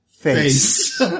face